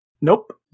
Nope